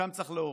שם צריך להוריד.